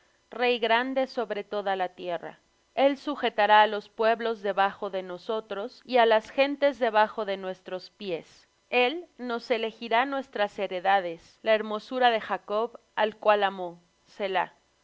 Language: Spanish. rey grande sobre toda la tierra el sujetará á los pueblos debajo de nosotros y á las gentes debajo de nuestros pies el nos elegirá nuestras heredades la hermosura de jacob al cual amó